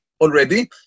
already